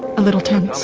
a little tense.